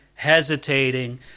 hesitating